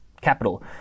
capital